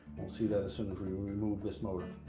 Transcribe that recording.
we'll see that as soon as we remove this motor.